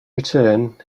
return